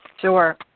Sure